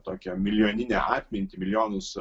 tokią milijoninę atmintį milijonus